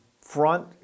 front